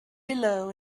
below